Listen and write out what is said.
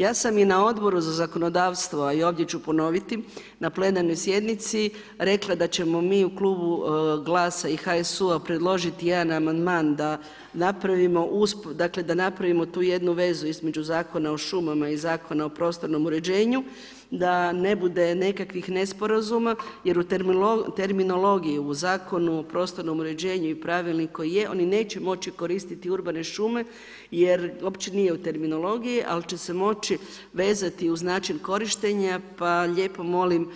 Ja sam i na odboru za zakonodavstvo a i ovdje ću ponoviti na plenarnoj sjednici rekla da ćemo mi u Klubu GLAS-a i HSU-a predložiti jedan amandman da napravimo … dakle da napravimo tu jednu vezu između Zakona o šumama i Zakona o prostornom uređenju, da ne bude nekakvih nesporazuma jer u terminologiji, u Zakonu o prostornom uređenju i Pravilnik koji je oni neće moći koristiti urbane šume jer opće nije u terminologiji ali će se moći vezati uz način korištenja pa molim